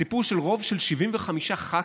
הסיפור של רוב של 75 ח"כים,